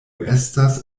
estas